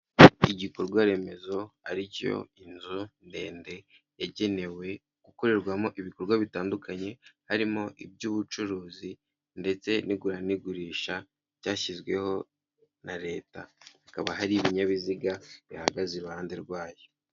Igikorwaremezo ari cyo inzu ndende yagenewe gukorerwamo ibikorwa bitandukanye, harimo iby'ubucuruzi ndetse n'igura n'igurisha ryashyizweho na Leta, hakaba hari ibinyabiziga bihagaze iruhande rwayo.